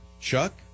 Chuck